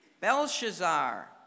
Belshazzar